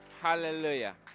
Hallelujah